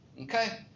okay